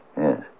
Yes